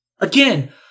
Again